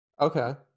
Okay